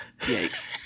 Yikes